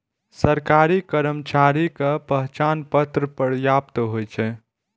सरकारी कर्मचारी के पहचान पत्र पर्याप्त होइ छै